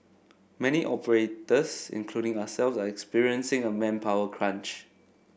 many operators including ourselves are experiencing a manpower crunch